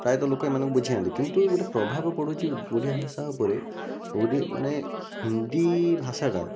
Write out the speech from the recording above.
ପ୍ରାୟତଃ ଲୋକମାନେ ବୁଝିଯାଆନ୍ତି କିନ୍ତୁ ଗୋଟେ ପ୍ରଭାବ ପଡୁଛି ଓଡ଼ିଆ ଭାଷା ଉପରେ ମାନେ ହିନ୍ଦୀ ଭାଷାଟା